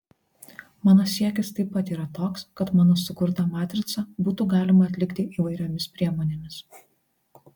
mano siekis taip pat yra toks kad mano sukurtą matricą būtų galima atlikti įvairiomis priemonėmis